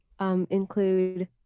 include